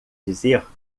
dizer